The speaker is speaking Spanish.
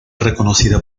reconocida